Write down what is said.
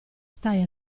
stai